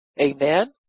Amen